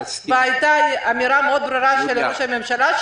והייתה אמירה מאוד גדולה של ראש הממשלה,